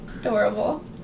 Adorable